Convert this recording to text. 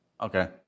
Okay